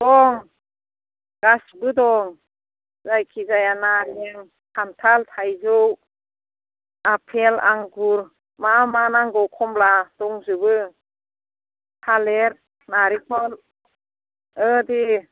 दं गासिबो दं जायखिजाया नारें खान्थाल थाइजौ आफेल आंगुर मा मा नांगौ कमला दंजोबो थालिर नारिकल दे